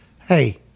hey